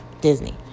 Disney